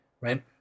right